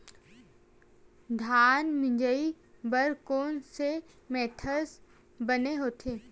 धान मिंजई बर कोन से थ्रेसर बने होथे?